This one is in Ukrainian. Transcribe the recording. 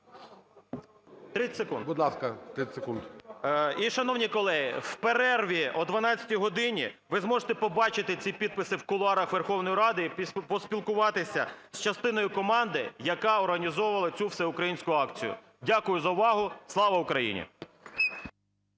30 секунд. ГЕРАСИМОВ А.В. І, шановні колеги, в перерві о 12 годині ви зможете побачити ці підписи в кулуарах Верховної Ради і поспілкуватися з частиною команди, яка організовувала цю всеукраїнську акцію. Дякую за увагу. Слава Україні!